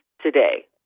today